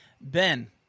Ben